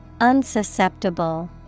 Unsusceptible